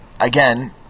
again